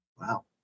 Wow